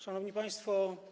Szanowni Państwo!